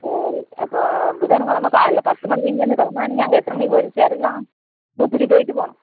சரி அப்போது புதன்கெழமை காலைல பத்து மணிக்கு இங்கேயிருந்து கிளம்புனா நீங்கள் அங்கே எத்தனை மணிக்கு போய் சேரலாம் தூத்துக்குடி போயிட்டு போகணும்